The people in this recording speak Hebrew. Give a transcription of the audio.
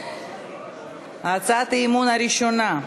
הצעת האי-אמון הראשונה: